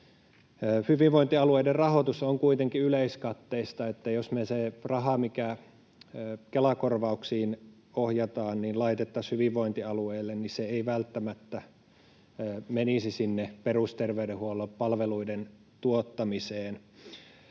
Hyvinvointialueiden rahoitus on kuitenkin yleiskatteista, niin että jos me se raha, mikä Kela-korvauksiin ohjataan, laitettaisiin hyvinvointialueille, niin se ei välttämättä menisi perusterveydenhuollon palveluiden tuottamiseen.